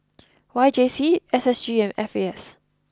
Y J C S S G and F A S